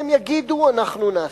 הם יגידו, אנחנו נעשה.